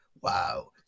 Wow